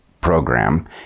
program